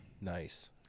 Nice